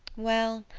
well,